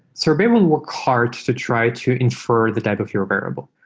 sorbet will work hard to try to infer the type of your variable.